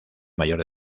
mayor